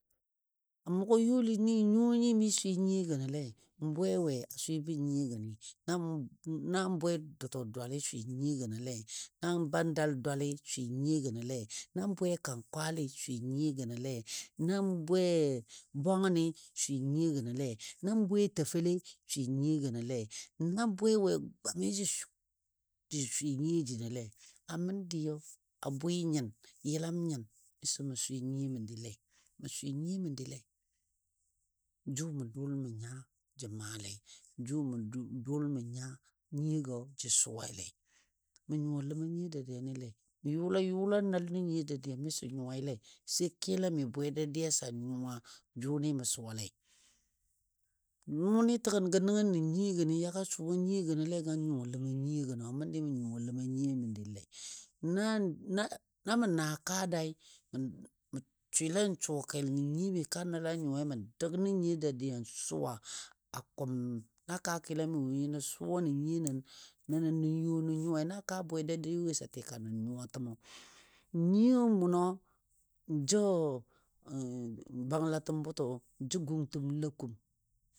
A mʊgɔ youlini nuwoni mi swɨ nyiyo gənlei? Bwe we a swɨba nyiyo gəni? Nan- nan bwe dəta dwali swɨ nyiyo gənɔle, nan bandal dwali swɨ nyiyo gənɔle, nan bwe kankwalɨ swɨ nyiyo gənɔle, nan bwe bwangəni swɨ nyiyo gənɔle, nan bwe tafalei swɨ nyiyo gənɔle, nan bwe we gwami jə swɨ nyiyo jinole. A məndi a bwɨ nyin yəlam miso mə swɨ nyiyo məndilei? Mə swɨ nyiyo məndile, jʊ mə dʊl mə nya jə maalei, jʊ mə dʊl mə nya nyiyo jə suwalei. Mə nyuwa ləma nyiyo dadiyanile. Mə yʊla yʊla nəl nə nyiyo dadiya miso nyuwaile sai kɨlami bwe dadiya sə a nyuwa jʊnɨ mə suwalei. Nʊnɨ təgən gə nəngnə nyiyo gəni ya ga suwa nyiyo gənɔle ga nyuwa ləma nyiyo gənɔ, a məndi mə nyuwa ləma nyiyo məndile. Na namə na kaa daai, mə swɨlen suwa kel nən nyiyo mi ka nəl a nyuwai mə dəg nən nyiyo dadiya n suwa a kʊm na kaa kɨlami woi nə suwa nən nyiyo nən nənən nə yo nə nyuwai na kaa bwe dadiya woi sə a tikanən nyuwa təmo. Nyiyo mʊnɔ jə banglatəm bʊtɔ n jə gungtəm lakum.